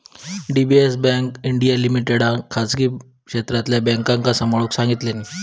DBS bank India लिमिटेडका खासगी क्षेत्रातल्या बॅन्कांका सांभाळूक सांगितल्यानी